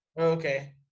Okay